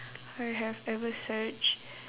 I have ever searched